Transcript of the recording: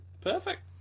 Perfect